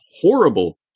horrible